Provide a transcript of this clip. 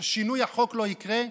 שינוי החוק לא יקרה,